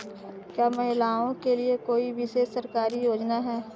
क्या महिलाओं के लिए कोई विशेष सरकारी योजना है?